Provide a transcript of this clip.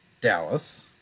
Dallas